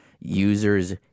users